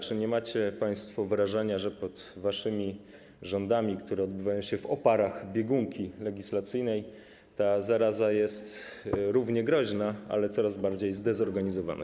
Czy nie macie państwo wrażenia, że pod waszymi rządami, które odbywają się w oparach biegunki legislacyjnej, ta zaraza jest równie groźna, ale coraz bardziej zdezorganizowana?